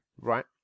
right